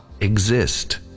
exist